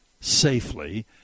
safely